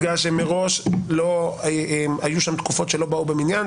בגלל שהיו שם תקופות שלא באו במניין,